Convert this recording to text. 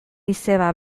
izeba